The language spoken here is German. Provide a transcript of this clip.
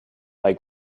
bei